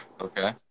okay